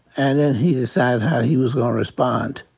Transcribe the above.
and then he decided how he was gonna respond.